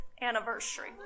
anniversary